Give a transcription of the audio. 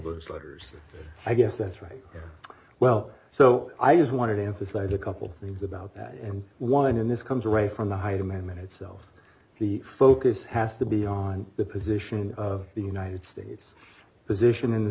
those letters i guess that's right well so i just wanted to emphasize a couple things about that and one in this comes right from the hyde amendment itself the focus has to be on the position of the united states position in the